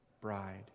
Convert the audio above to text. bride